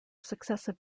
successive